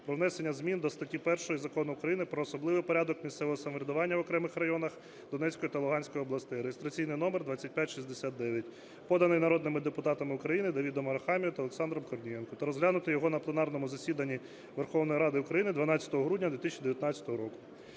про внесення зміни до статті 1 Закону України "Про особливий порядок місцевого самоврядування в окремих районах Донецької та Луганської областей" (реєстраційний номер 2569), поданий народними депутатами України Давидом Арахамією та Олександром Корнієнком, та розглянути його на пленарному засіданні Верховної Ради України 12 грудня 2019 року.